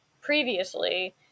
previously